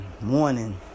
morning